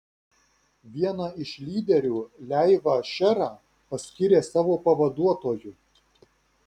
vieną iš lyderių leivą šerą paskyrė savo pavaduotoju